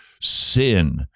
sin